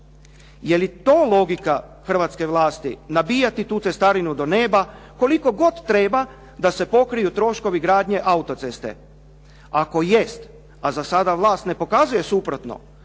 Je li to logika hrvatske vlasti? Nabijati tu cestarinu do neba koliko god treba da se pokriju troškovi gradnje autoceste. Ako jest, a za sada vlast ne pokazuje suprotno,